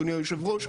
אדוני היושב-ראש,